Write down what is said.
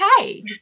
okay